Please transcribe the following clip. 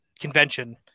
convention